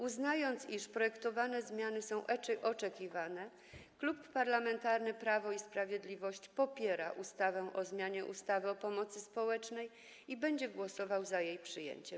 Uznając, iż projektowane zmiany są oczekiwane, Klub Parlamentarny Prawo i Sprawiedliwość popiera ustawę o zmianie ustawy o pomocy społecznej i będzie głosował za jej przyjęciem.